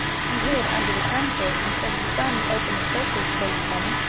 he hid under the counter until he saw me open the showcase for you, bunny.